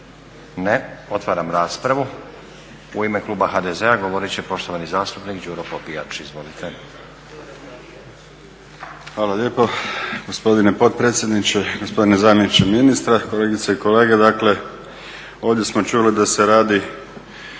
Ne. Otvaram raspravu. U ime kluba HDZ-a govorit će poštovani zastupnik Đuro Popijač. Izvolite. **Popijač, Đuro (HDZ)** Hvala lijepo gospodine potpredsjedniče, gospodine zamjeniče ministra, kolegice i kolege. Dakle, ovdje smo čuli da se radi